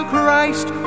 Christ